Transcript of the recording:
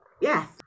yes